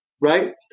right